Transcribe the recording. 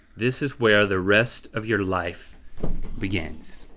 this is where the rest of your life begins.